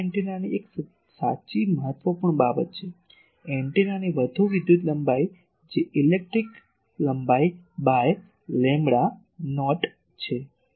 તેથી આ એન્ટેનાની સાચી એક મહત્વપૂર્ણ બાબત છે એન્ટેનાની વધુ વિદ્યુત લંબાઈ જે ઇલેક્ટ્રિકલ લંબાઈ બાય લેમ્બડા નોટ છે